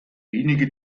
wenige